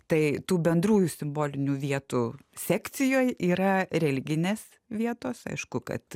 tai tų bendrųjų simbolinių vietų sekcijoj yra ir religinės vietos aišku kad